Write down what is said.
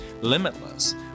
limitless